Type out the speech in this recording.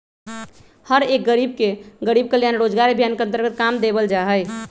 हर एक गरीब के गरीब कल्याण रोजगार अभियान के अन्तर्गत काम देवल जा हई